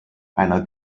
einer